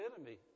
enemy